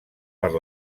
per